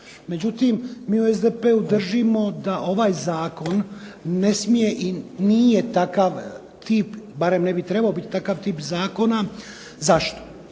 Međutim, mi u SDP-u držimo da ovaj Zakon nije i ne smije, barem ne bi trebao biti takav tip zakona, zašto?